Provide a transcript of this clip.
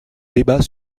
débat